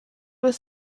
with